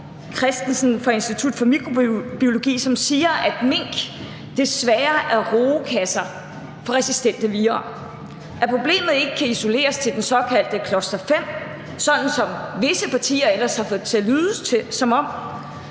Christensen fra Institut for Immunologi og Mikrobiolog, fast. Han siger, at mink desværre er rugekasser for resistente vira, og at problemet ikke kan isoleres til den såkaldte cluster-5, sådan som visse partier ellers har fået det til at lyde, men